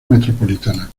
metropolitana